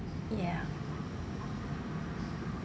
ya